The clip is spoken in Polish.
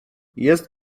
jest